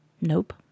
nope